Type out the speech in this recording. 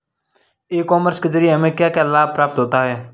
ई commerce के ज़रिए हमें क्या क्या लाभ प्राप्त होता है?